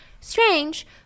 Strange